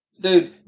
Dude